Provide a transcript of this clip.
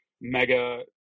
mega